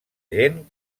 gent